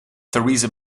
theresa